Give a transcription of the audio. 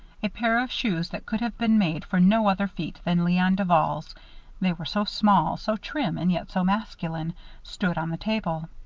a pair of shoes that could have been made for no other feet than leon duval's they were so small, so trim, and yet so masculine stood on the table.